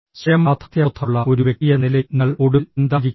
സ്വയം യാഥാർത്ഥ്യബോധമുള്ള ഒരു വ്യക്തിയെന്ന നിലയിൽ നിങ്ങൾ ഒടുവിൽ എന്തായിരിക്കും